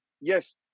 Yes